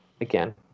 again